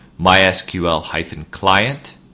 mysql-client